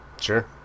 Sure